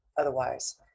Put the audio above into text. otherwise